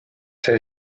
see